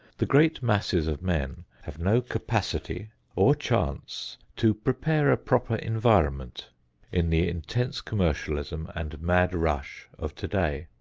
the great masses of men have no capacity or chance to prepare a proper environment in the intense commercialism and mad rush of today.